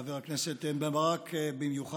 ולחבר הכנסת בן ברק במיוחד,